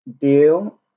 Deal